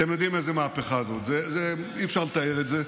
אתם יודעים איזו מהפכה זאת, אי-אפשר לתאר את זה,